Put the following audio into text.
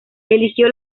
eligió